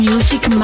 Music